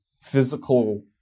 physical